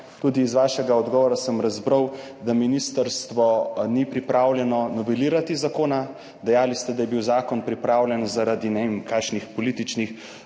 Iz vašega odgovora sem razbral tudi, da ministrstvo ni pripravljeno novelirati zakona, dejali ste, da je bil zakon pripravljen zaradi ne vem kakšnih političnih